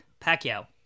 Pacquiao